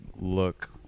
look